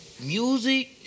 music